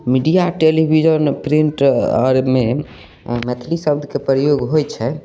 media television print आरमे मैथिली शब्दके प्रयोग होइ छै